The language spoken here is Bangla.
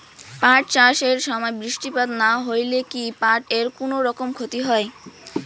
পাট চাষ এর সময় বৃষ্টিপাত না হইলে কি পাট এর কুনোরকম ক্ষতি হয়?